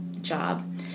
job